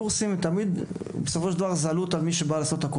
קורסים הם בעלות של מי שבא לעשות אותם.